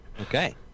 Okay